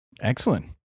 Excellent